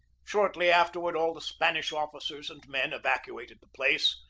shortly afterward all the spanish officers and men evacuated the place.